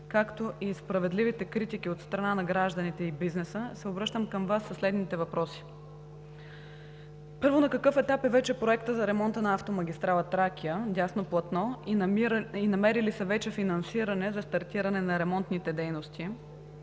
както и справедливите критики от страна на гражданите и бизнеса се обръщам към Вас със следните въпроси: Първо, на какъв етап е вече проектът за ремонта на автомагистрала „Тракия“ – дясно платно, и намери ли се вече финансиране за стартиране на ремонтните дейности?